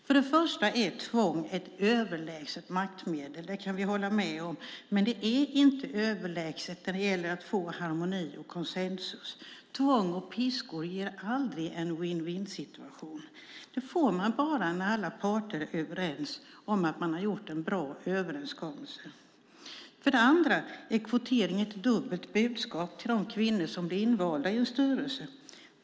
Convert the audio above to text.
För det första är tvång ett överlägset maktmedel, det kan vi hålla med om, men det är inte överlägset när det gäller att få harmoni och konsensus. Tvång och piskor ger aldrig en win-win-situation. Det får man bara när alla parter är överens om att man gjort en bra överenskommelse. För det andra är kvotering ett dubbelt budskap till de kvinnor som blir invalda i en styrelse.